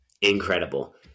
Incredible